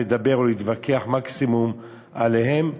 או מקסימום להתווכח עליהן.